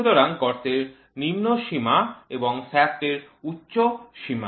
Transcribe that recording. সুতরাং গর্তের নিম্ন সীমা এবং শ্য়াফ্ট এর উচ্চ সীমা